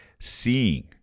seeing